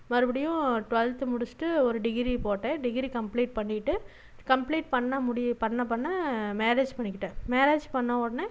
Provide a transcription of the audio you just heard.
மறுபடியும் டுவல்த்து முடிச்சுட்டு ஒரு டிகிரி போட்டேன் டிகிரி கம்ப்ளீட் பண்ணிட்டு கம்ப்ளீட் பண்ண பண்ண பண்ண மேரேஜ் பண்ணிக்கிட்டேன் மேரேஜ் பண்ண உடனே